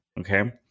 Okay